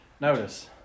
Notice